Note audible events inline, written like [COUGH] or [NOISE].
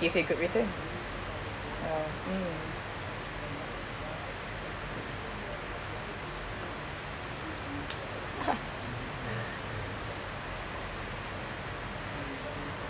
give a good returns uh mm [LAUGHS]